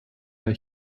der